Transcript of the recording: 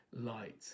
light